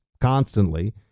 constantly